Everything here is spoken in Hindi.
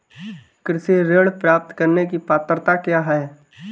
कृषि ऋण प्राप्त करने की पात्रता क्या है?